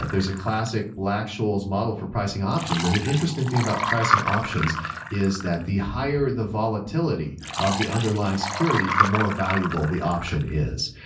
there's a classic black-scholes model for pricing options, and the interesting thing about pricing options is that the higher the volatility of the underlying security, the more valuable the option is.